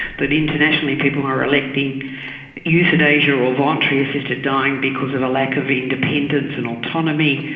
that internationally people are electing euthanasia or voluntary assisted dying because of a lack of independence and autonomy,